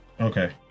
Okay